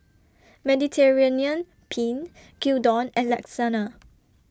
Mediterranean Penne Gyudon and Lasagne